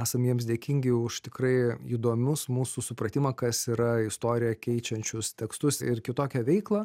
esam jiems dėkingi už tikrai įdomius mūsų supratimą kas yra istorija keičiančius tekstus ir kitokią veiklą